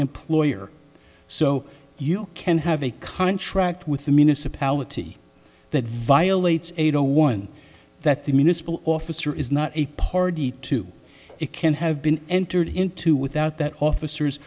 employer so you can have a contract with the municipality that violates a no warrant that the municipal officer is not a party to it can have been entered into without that officers